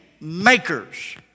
makers